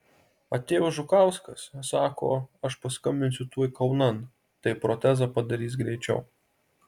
atėjo žukauskas sako aš paskambinsiu tuoj kaunan tai protezą padarys greičiau